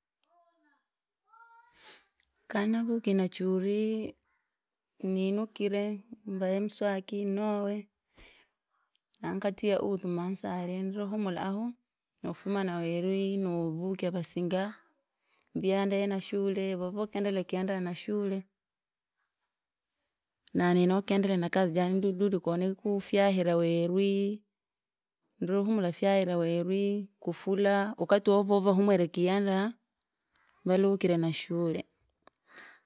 kanavuki nachuri, ninukire, nvaye mswaki nawee, nankatiya uzu mansarye ndiri humula ahu, nofuma nawerwi naovukya vasinga, viyandae nashule vevokendelea kiyandaa nashule. Naninokendela nakazi jani ndudindudi anikufyahira werwi, ndiri humula fyahira werwi, kufala wakati uwo vovo vahumwire kiyandaa, volokire nashule,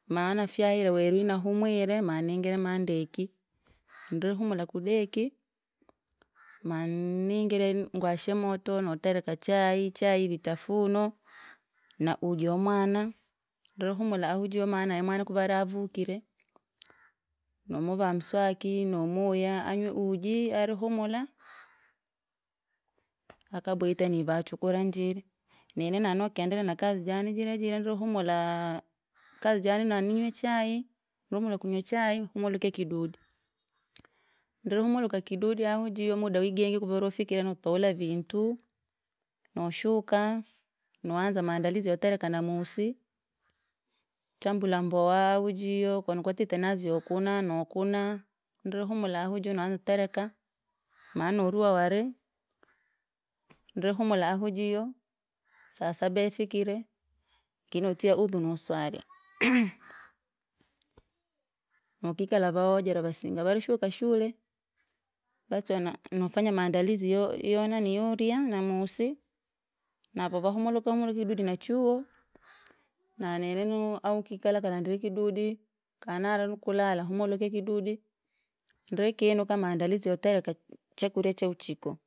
maana fyahire werwi natumwire maningire mandeki, ndiri humula kudeki, maningire ngwashe moto notereka chai, chai vitafunwa, na uji wa mwana, ndiri humula ahujiyo maana yemwana kuva ara avukire, nomuvaa mswaki nomoya anywe uji ari humula, akabwite nivachu kura njire, nini nani nakendelea na kazi jani jirajira ndri humulaa, kazi jani nani ninywe chai, ndri humula kunywa chai humuluke kidudi, ndri humuluka kidudi au njiyo muda wigengi kuva uri wafikire notowula vintu, noshuka. naonza maandalizi yotereka namusi, chambula mbowa, ahu jio koni kwatite nazi yokuna nokuna, ndri humula ahu jiyo notereka, manoruwa wari, ndre humula atu jiyo, sasaba yafikire, kinotiya uzu naswrya, nokikala vawojera vasinga varishuka chule. Basi cho na- nofanya maandalizi yoyo naniliu yolia namusi, navo vahumuluke humuluke kidudi nachuo, nanininu au kikalakala ndiri kidudi, kanarinikulala humuluke kidudi, ndiri kinuka maandalizi yotereka chakurya cha uchiko.